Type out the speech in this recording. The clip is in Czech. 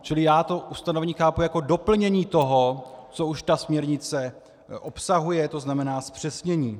Čili já to ustanovení chápu jako doplnění toho, co už ta směrnice obsahuje, tedy zpřesnění.